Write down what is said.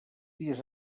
dies